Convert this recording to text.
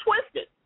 twisted